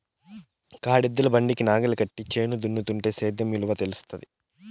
కాడెద్దుల బండికి నాగలి కట్టి చేను దున్నుతుంటే సేద్యం విలువ తెలుస్తాది